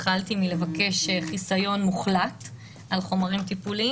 התחלתי בלבקש חיסיון מוחלט על חומרים טיפוליים